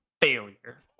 failure